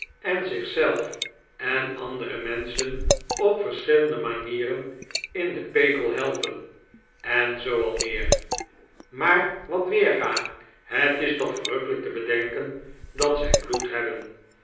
en zich zelf en andere menschen op verschillende manieren in de pekel helpen en zoo al meer maar wat weerga het is toch verrukkelijk te bedenken dat zij bloed hebben